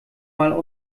mal